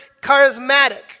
charismatic